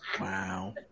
Wow